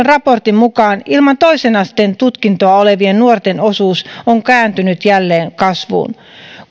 raportin mukaan ilman toisen asteen tutkintoa olevien nuorten osuus on kääntynyt jälleen kasvuun myös